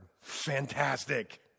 fantastic